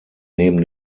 neben